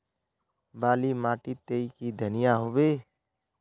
बाली माटी तई की धनिया होबे?